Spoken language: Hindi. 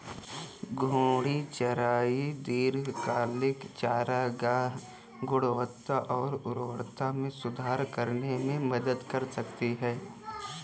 घूर्णी चराई दीर्घकालिक चारागाह गुणवत्ता और उर्वरता में सुधार करने में मदद कर सकती है